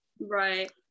Right